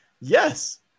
Yes